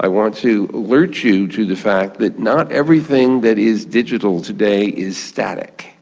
i want to alert you to the fact that not everything that is digital today is static.